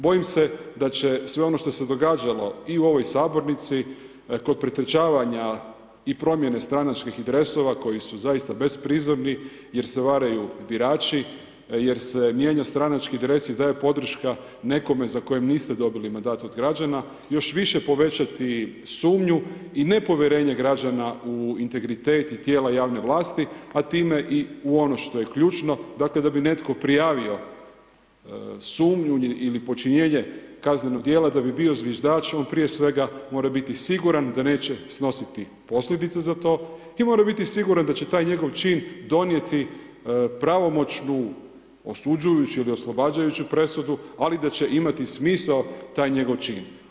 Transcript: Bojim se da će sve ono što se događalo i u ovoj sabornici kod pretrčavanja i promjene stranačkih dresova koji su zaista bezprizorni jer se varaju birači, jer se mijenja stranački dres i daje podrška nekome za kojem niste dobili mandat od građana, još više povećati sumnju i nepovjerenje građana u integritet i tijela javne vlasti, a time i u ono što je ključno, dakle da bi netko prijavio sumnju ili počinjenje kaznenog dijela da bi bio zviždač on prije svega mora biti siguran da neće snositi posljedice za to i mora biti siguran da će taj njegov čin donijeti pravomoćnu osuđujuću ili oslobađajuću presudu, ali da će imati smisao taj njegov čin.